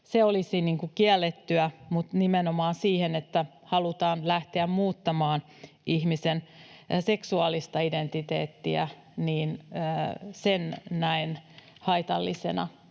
se olisi kiellettyä, mutta nimenomaan sen, että halutaan lähteä muuttamaan ihmisen seksuaalista identiteettiä, näen haitallisena,